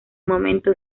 momento